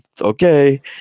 okay